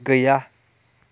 गैया